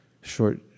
short